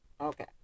Okay